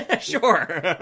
Sure